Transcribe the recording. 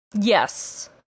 yes